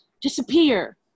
Disappear